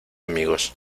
amigos